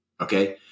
Okay